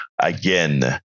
again